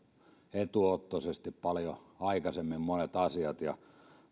etuottoisesti paljon aikaisemmin monet asiat ja